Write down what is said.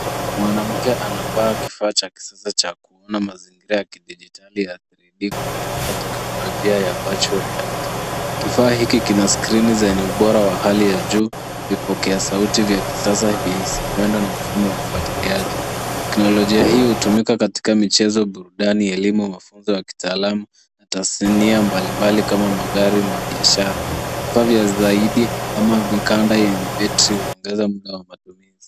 Mwanamke anavaa kifaa cha kisasa cha kuona mazingira ya kidijitali ya 3D kwa kutumia teknolojia ya virtual reality . Kifaa hiki kina skrini zenye ubora wa hali ya juu, vipokea sauti vya kisasa, vihisimwendo na mfumo wa ufuatiliaji. Teknolojia hii hutumika katika michezo, burudani, elimu, mafunzo ya kitaalamu na tasnia mbalimbali kama magari na biashara. Vifaa vya zaidi kama mikanda yenye betri huongeza muda wa matumizi.